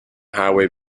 highway